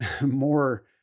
more